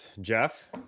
Jeff